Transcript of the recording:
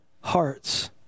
hearts